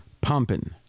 pumping